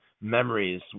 memories